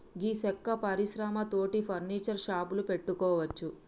గీ సెక్క పరిశ్రమ తోటి ఫర్నీచర్ షాపులు పెట్టుకోవచ్చు